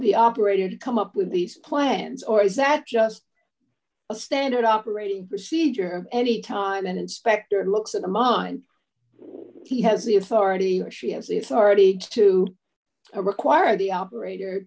we operated come up with these plans or is that just a standard operating procedure any time an inspector looks at a mine he has the authority or she has the authority to require the operator